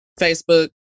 Facebook